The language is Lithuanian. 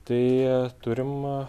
tai turim